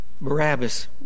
Barabbas